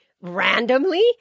Randomly